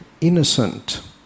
innocent